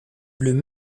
bleues